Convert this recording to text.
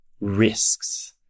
risks